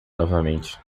novamente